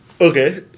Okay